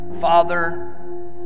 Father